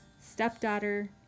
stepdaughter